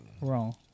wrong